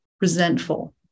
resentful